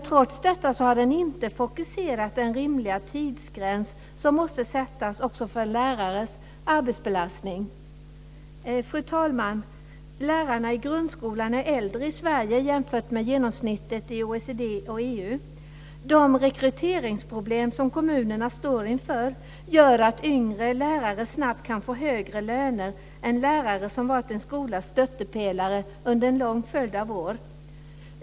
Trots detta har den inte fokuserat den rimliga tidsgräns som måste sättas också för en lärares arbetsbelastning. Fru talman! Lärarna i grundskolan är äldre i Sverige jämfört med genomsnittet i OECD och EU. De rekryteringsproblem som kommunerna står inför gör att yngre lärare snabbt kan få högre löner än lärare som varit en skolas stöttepelare under en lång följd av år.